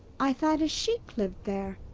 i thought a sheik lived there?